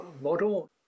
model